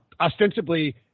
Ostensibly